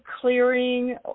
clearing